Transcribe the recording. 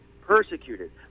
persecuted